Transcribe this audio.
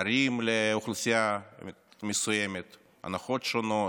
ערים לאוכלוסייה מסוימת, הנחות שונות,